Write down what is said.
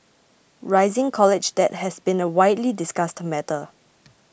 rising college debt has been a widely discussed matter